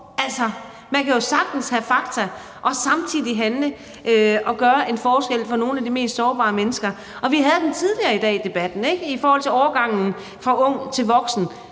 man kan jo sagtens have fakta og samtidig handle og gøre en forskel for nogle af de mest sårbare mennesker. Vi havde debatten tidligere i dag i forhold til overgangen fra ung til voksen.